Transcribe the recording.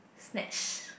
snatch